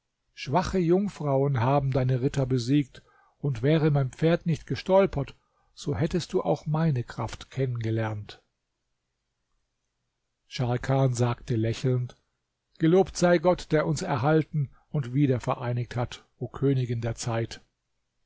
schwache jungfrauen haben deine ritter besiegt und wäre mein pferd nicht gestolpert so hättest du auch meine kraft kennengelernt scharkan sagte lächelnd gelobt sei gott der uns erhalten und wieder vereinigt hat o königin der zeit